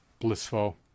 blissful